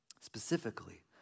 Specifically